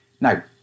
Now